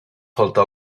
faltar